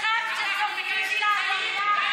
הם ערכים של חיים, ואת מקדשת מוות.